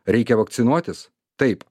reikia vakcinuotis taip